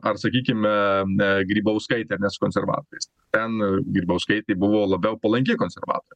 ar sakykime na grybauskaitė nes konservatoriais ten grybauskaitė buvo labiau palanki konservatoriam